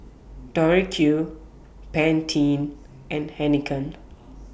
Tori Q Pantene and Heinekein